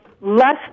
less